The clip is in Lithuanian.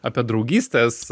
apie draugystes